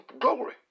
glory